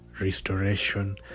restoration